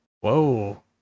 Whoa